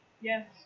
yes